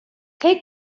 take